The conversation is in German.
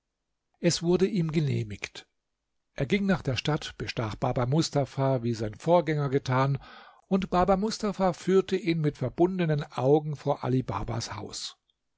es wurde ihm genehmigt er ging nach der stadt bestach baba mustafa wie sein vorgänger getan und baba mustafa führte ihn mit verbunden augen vor ali babas haus